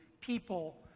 people